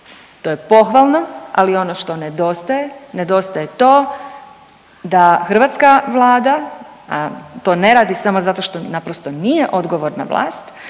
To je pohvalno, ali ono što nedostaje, nedostaje to da hrvatska Vlada to ne radi samo zato što naprosto nije odgovorna vlast,